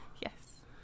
Yes